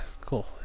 cool